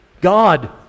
God